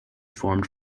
formed